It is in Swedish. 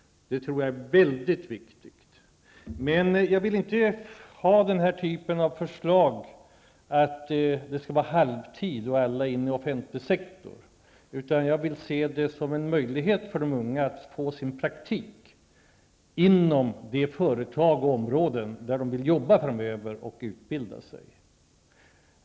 Jag tror att detta är väldigt viktigt. Men jag vill inte ha några förslag som går ut på att ungdomar skall arbeta halvtid och att alla skall in i offentlig sektor, utan jag vill se mitt förslag som en möjlighet för unga att få sin praktik inom de företag och områden där de framöver vill jobba och utbilda sig.